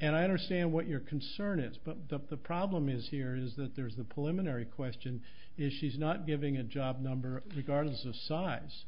and i understand what your concern is but the problem is here is that there's the pull him in every question is she's not giving a job number regardless of size